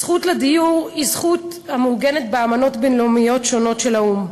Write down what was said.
הזכות לדיור היא זכות המעוגנת באמנות בין-לאומיות שונות של האו"ם.